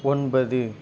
ஒன்பது